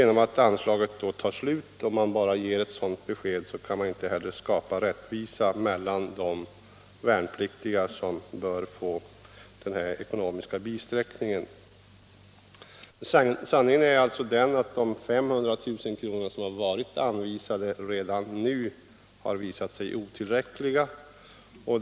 När anslaget tar slut och man bara ger ett sådant besked, kan man inte heller skapa rättvisa mellan de värnpliktiga som bör få denna ekonomiska bisträckning. Sanningen är alltså den att de 500 000 kr. som har varit anvisade redan nu har visat sig otillräckliga.